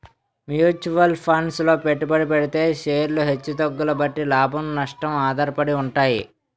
mutual funds లో పెట్టుబడి పెడితే షేర్లు హెచ్చు తగ్గుల బట్టి లాభం, నష్టం ఆధారపడి ఉంటాయి